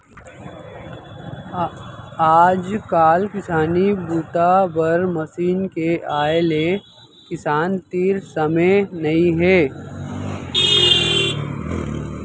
आजकाल किसानी बूता बर मसीन के आए ले किसान तीर समे नइ हे